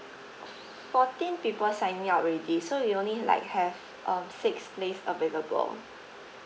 fourteen people signing up already so you only like have uh six place available